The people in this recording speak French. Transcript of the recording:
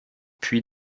puis